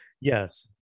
Yes